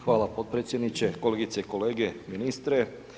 Hvala potpredsjedniče, kolegice i kolege, ministre.